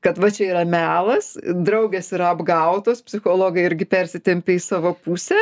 kad va čia yra melas draugės yra apgautos psichologai irgi persitempia į savo pusę